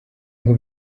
ngo